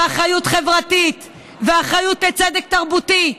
ואחריות חברתית ואחריות לצדק תרבותי,